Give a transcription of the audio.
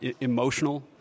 emotional